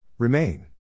Remain